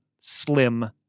slim